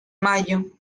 mayo